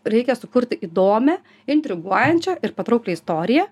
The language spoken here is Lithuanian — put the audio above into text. reikia sukurti įdomią intriguojančią ir patrauklią istoriją